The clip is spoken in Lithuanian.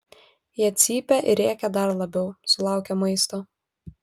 jie cypia ir rėkia dar labiau sulaukę maisto